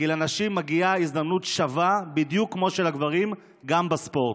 כי לנשים מגיעה הזדמנות שווה בדיוק כמו של הגברים גם בספורט.